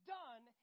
done